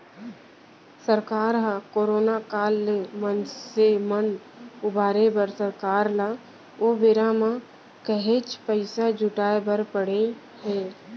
सरकार ह करोना काल ले मनसे मन उबारे बर सरकार ल ओ बेरा म काहेच पइसा जुटाय बर पड़े हे